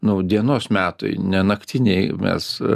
nu dienos metui ne naktiniai mes